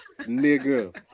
Nigga